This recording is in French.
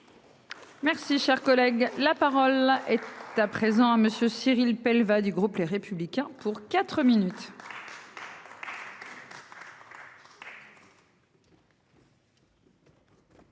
Merci, cher collègue, la parole est à présent monsieur Cyrille pelle va du groupe les républicains pour 4 minutes.